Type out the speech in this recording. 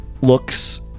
looks